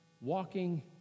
walking